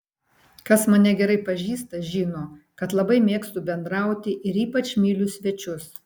kas mane gerai pažįsta žino kad labai mėgstu bendrauti ir ypač myliu svečius